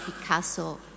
Picasso